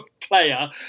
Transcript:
player